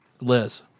Liz